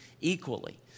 equally